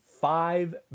five